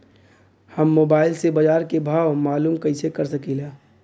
हम मोबाइल से बाजार के भाव मालूम कइसे कर सकीला?